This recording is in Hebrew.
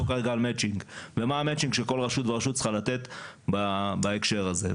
המצ'ינג שכל רשות ורשות צריכה לתת בהקשר הזה?